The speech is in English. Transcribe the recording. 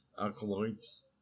alkaloids